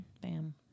Bam